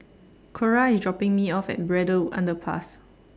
Cora IS dropping Me off At Braddell Underpass